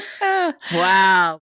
Wow